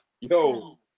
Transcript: Yo